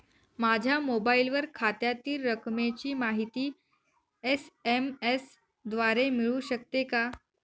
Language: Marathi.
माझ्या मोबाईलवर खात्यातील रकमेची माहिती एस.एम.एस द्वारे मिळू शकते का?